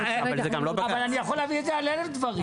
אבל אני יכול להביא את זה על אלף דברים.